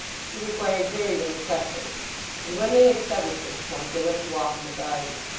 she required very little pressing and when they had settled this point, they went to walk in the garden.